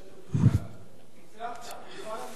הצלחת לבלבל אותי.